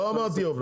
לא אמרתי עוף,